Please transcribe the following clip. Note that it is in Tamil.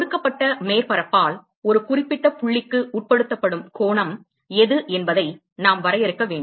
கொடுக்கப்பட்ட மேற்பரப்பால் ஒரு குறிப்பிட்ட புள்ளிக்கு உட்படுத்தப்படும் கோணம் எது என்பதை நாம் வரையறுக்க வேண்டும்